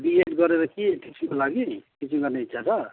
BEd गरेर के टिचिङको लागि टिचिङ गर्ने इच्छा छ